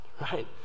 right